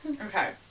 Okay